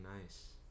nice